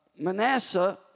Manasseh